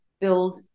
build